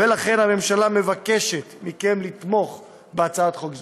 ולכן הממשלה מבקשת מכם לתמוך בהצעת החוק הזאת.